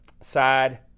side